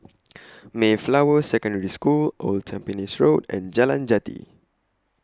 Mayflower Secondary School Old Tampines Road and Jalan Jati